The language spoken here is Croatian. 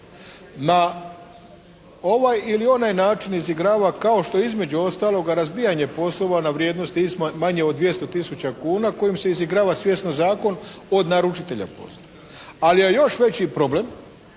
na ovaj ili onaj način izigrava kao što između ostaloga razbijanje poslova na vrijednosti manje od 200 tisuća kuna kojom se izigrava svjesno zakon od naručitelja posla, ali je još veći problem